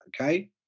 okay